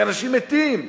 כי אנשים מתים.